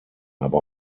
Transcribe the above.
aber